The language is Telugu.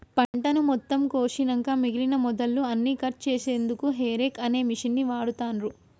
పంటను మొత్తం కోషినంక మిగినన మొదళ్ళు అన్నికట్ చేశెన్దుకు హేరేక్ అనే మిషిన్ని వాడుతాన్రు